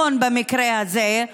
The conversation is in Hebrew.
במקרה הזה,